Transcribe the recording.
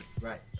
Right